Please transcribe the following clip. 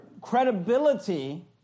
credibility